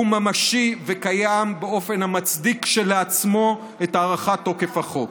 והוא ממשי וקיים באופן המצדיק כשלעצמו את הארכת תוקף החוק,